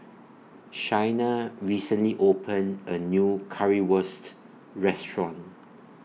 Shayna recently opened A New Currywurst Restaurant